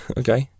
okay